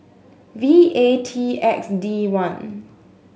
V A T X D one